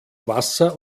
wasser